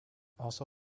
also